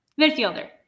Midfielder